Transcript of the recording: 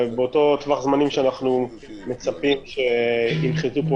באותו טווח זמנים שאנחנו מצפים שינחתו פה